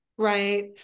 Right